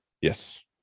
Yes